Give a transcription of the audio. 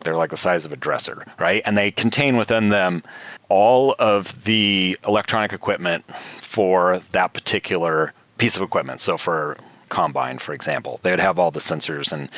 they're like a size of a dresser and they contain within them all of the electronic equipment for that particular piece of equipment, so for combine for example. they would have all the sensors and